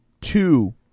two